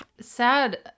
sad